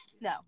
no